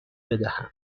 بدهم